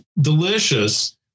delicious